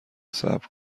صبر